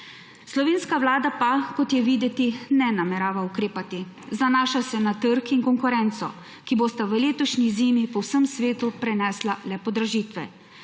Slovenska vlada pa, kot je videti, ne namerava ukrepati. Zanaša se na trg in konkurenco, ki bosta v letošnji zimi po vsem svetu prinesla le podražitve.